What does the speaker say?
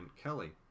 Kelly